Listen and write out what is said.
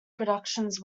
productions